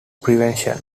prevention